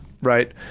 right